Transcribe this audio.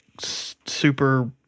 super